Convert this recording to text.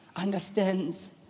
understands